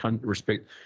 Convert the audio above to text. respect